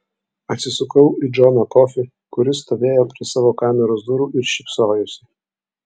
atsisukau į džoną kofį kuris stovėjo prie savo kameros durų ir šypsojosi